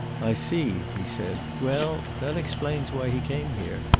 i see, he said. well, that explains why he came here.